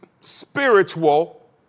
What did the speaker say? spiritual